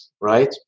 right